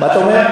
מה אתה אומר?